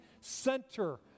center